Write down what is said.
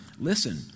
listen